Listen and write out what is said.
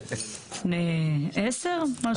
לפני 10, משהו כזה?